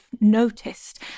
noticed